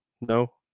no